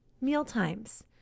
mealtimes